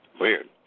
Weird